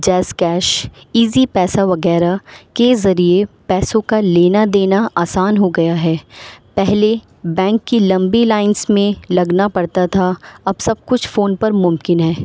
جیس Cash Easypaisa وغیرہ کے ذریعے پیسوں کا لینا دینا آسان ہو گیا ہے پہلے بینک کی لمبی لائنس میں لگنا پڑتا تھا اب سب کچھ فون پر ممکن ہے